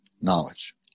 knowledge